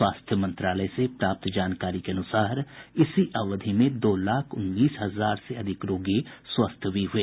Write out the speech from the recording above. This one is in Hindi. स्वास्थ्य मंत्रालय से प्राप्त जानकारी के अनुसार इसी अवधि में दो लाख उन्नीस हजार से अधिक रोगी स्वस्थ भी हुए